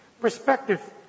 perspective